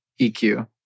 EQ